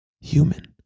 human